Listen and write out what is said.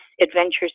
adventures